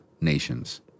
nations